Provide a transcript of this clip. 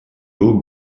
был